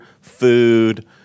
food